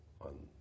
on